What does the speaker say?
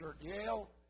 Yale